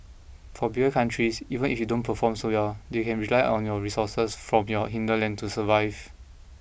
for bigger countries even if they don't perform so well they can rely on the resources from your hinterland to survive